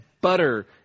butter